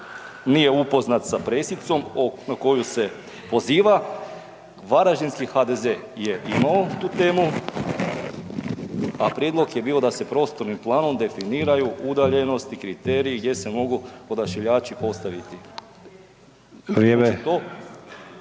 nije upoznat sa pressicom na koju se poziva. Varaždinski HDZ je imao tu temu, a prijedlog je bio da se prostornim planom definiraju udaljenosti i kriteriji gdje se mogu odašiljači postaviti. …